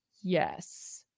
Yes